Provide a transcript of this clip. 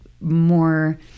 more